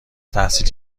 تحصیل